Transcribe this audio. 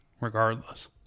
regardless